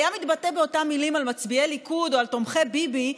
היה מתבטא באותן מילים על מצביעי ליכוד או על תומכי ביבי,